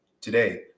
today